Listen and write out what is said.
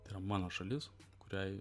tai yra mano šalis kuriai